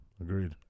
agreed